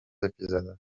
épisodes